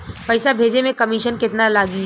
पैसा भेजे में कमिशन केतना लागि?